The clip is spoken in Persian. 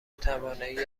توانایی